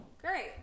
great